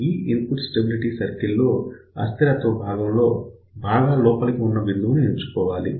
ఈ input stability circle లో అస్థిరత్వ భాగం లో బాగా లోపలికి ఉన్న బిందువును ఎంచుకోవాలి